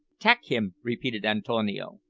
tak him, repeated antonio.